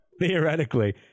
Theoretically